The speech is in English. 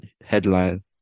headline